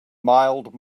mild